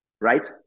right